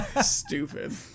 Stupid